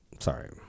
Sorry